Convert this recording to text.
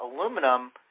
aluminum